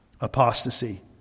Apostasy